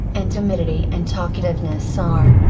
and timidity and talkativeness are,